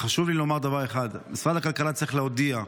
חשוב לי לומר דבר אחד: משרד הכלכלה צריך להודיע,